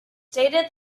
stated